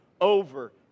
over